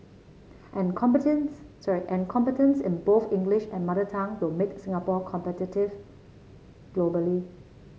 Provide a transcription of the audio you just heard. and competence sorry and competence in both English and mother tongue will make Singapore competitive globally